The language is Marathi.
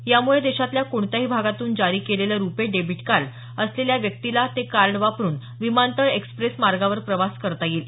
यामुळे देशातल्या कोणत्याही भागातून जारी केलेलं रुपे डेबिट कार्ड असलेल्या क्यक्तिला ते कार्ड वापरुन विमानतळ एक्सप्रेस मार्गावर प्रवास करता येईल